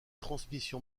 transmission